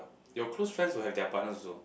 your close friends will have their partners also